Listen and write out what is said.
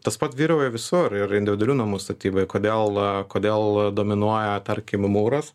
tas pat vyrauja visur ir ir individualių namų statyboj kodėl kodėl dominuoja tarkim mūras